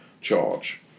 Charge